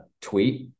Tweet